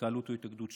התקהלות והתאגדות,